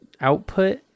output